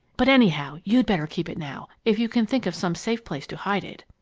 but anyhow, you'd better keep it now, if you can think of some safe place to hide it.